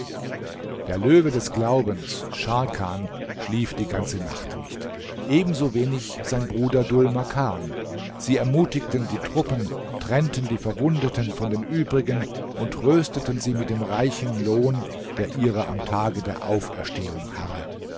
der löwe des glaubens scharkan schlief die ganze nacht nicht ebenso wenig sein bruder dhul makan sie ermutigten die truppen trennten die verwundeten von den übrigen und trösteten sie mit dem reichen lohn der ihrer am tage der auferstehung harre